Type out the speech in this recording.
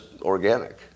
organic